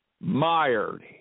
mired